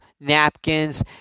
napkins